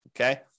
Okay